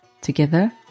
Together